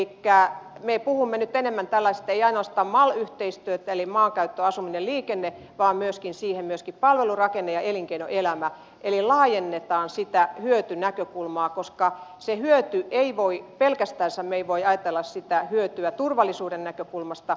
me emme puhu nyt ainoastaan tällaisesta mal yhteistyöstä eli maankäyttö asuminen ja liikenne vaan siihen myöskin lisätään palvelurakenne ja elinkeinoelämä eli laajennetaan sitä hyötynäkökulmaa koska pelkästään me emme voi ajatella sitä hyötyä turvallisuuden näkökulmasta